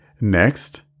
Next